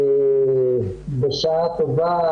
בשעה טובה